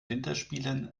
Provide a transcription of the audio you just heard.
winterspielen